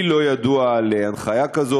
לי לא ידוע על הנחיה כזו,